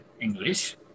English